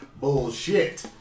bullshit